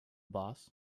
boss